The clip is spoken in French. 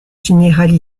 générale